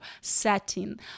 setting